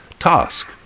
task